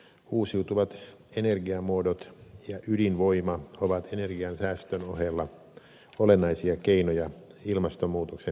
uusiutuvat energiamuodot ja ydinvoima ovat energiansäästön ohella olennaisia keinoja ilmastonmuutoksen hillitsemiseksi